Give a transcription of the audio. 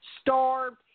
starved